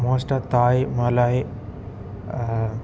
மோஸ்ட்டாக Thai Malay